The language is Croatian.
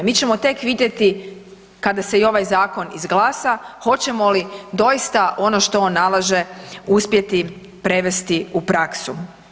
Mi ćemo tek vidjeti kada se i ovaj zakon izglasa hoćemo li doista ono što on nalaže uspjeti prevesti u praksu.